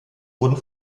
wurden